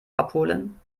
abholen